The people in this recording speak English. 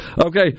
Okay